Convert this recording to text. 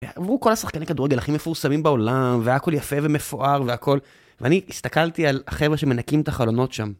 כל השחקנים כדורגל הכי מפורסמים בעולם, והכל יפה ומפואר, והכל... ואני הסתכלתי על החבר'ה שמנקים את החלונות שם.